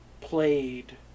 played